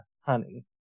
honey